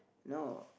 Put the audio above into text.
no